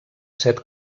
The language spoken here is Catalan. set